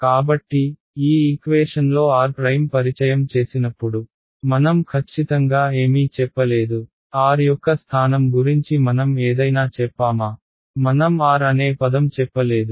కాబట్టి ఈ ఈక్వేషన్లో r పరిచయం చేసినప్పుడు మనం ఖచ్చితంగా ఏమీ చెప్పలేదు r యొక్క స్థానం గురించి మనం ఏదైనా చెప్పామా మనం r అనే పదం చెప్పలేదు